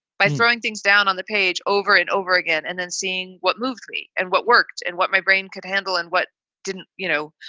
by throwing things down on the page over and over again and then seeing what moved me and what worked and what my brain could handle and what didn't. you know,